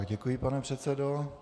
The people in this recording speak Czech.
Děkuji, pane předsedo.